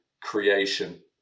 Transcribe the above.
creation